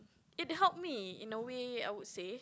it helped me in a way I would say